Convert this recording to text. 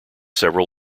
several